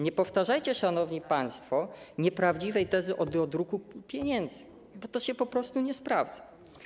Nie powtarzajcie, szanowni państwo, nieprawdziwej tezy o dodruku pieniędzy, bo to się po prostu nie sprawdza.